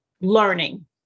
learning